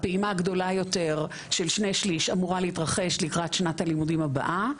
הפעימה הגדולה יותר של שני שליש אמורה להתרחש לקראת שנת הלימודים הבאה.